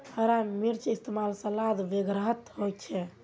हरा मिर्चै इस्तेमाल सलाद वगैरहत होचे